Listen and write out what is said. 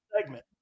segment